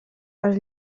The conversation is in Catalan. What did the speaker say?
els